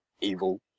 evil